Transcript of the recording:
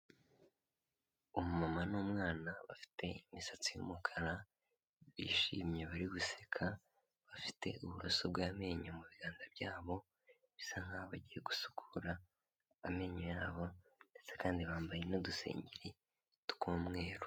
Mama n'umwana bafite imisatsi y'umukara bishimye bari guseka, bafite uburoso bw'amenyo mu biganza byabo, bisa nkaho bagiye gusukura amenyo yabo ndetse kandi bambaye n'uduseri tw'umweru.